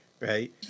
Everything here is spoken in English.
right